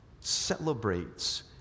celebrates